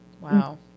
wow